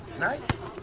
nice.